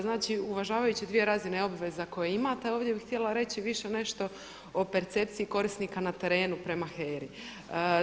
Znači uvažavajući dvije razine obveza koje imate ovdje bih htjela reći više nešto o percepciji korisnika na terenu prema HERA-i.